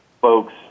folks